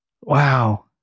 Wow